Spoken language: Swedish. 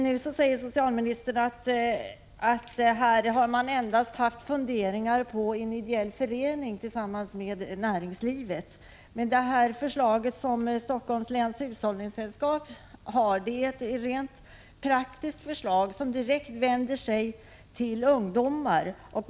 Nu säger socialministern att man endast haft funderingar på en ideell sällskap har ett praktiskt förslag till hur man direkt vänder sig till ungdomar.